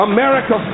America